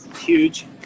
huge